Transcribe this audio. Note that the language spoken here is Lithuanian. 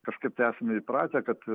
kažkaip tai esame įpratę kad